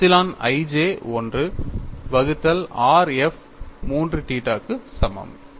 epsilon i j 1 வகுத்தல் r f 3 theta க்கு சமம்